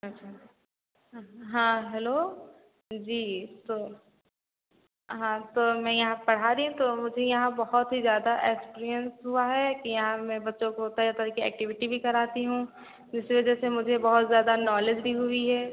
अच्छा हं हाँ हेलो जी तो हाँ तो मैं यहाँ पढ़ा रही हूँ तो मुझे यहाँ बहुत ही ज्यादा एक्सपीरिएन्स हुआ है कि यहाँ मैं बच्चों को तरह तरह की ऐक्टिविटी भी कराती हूँ जिस वजह से मुझे बहुत ज्यादा नॉलेज भी हुई है